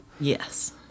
Yes